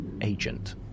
agent